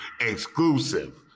Exclusive